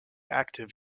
active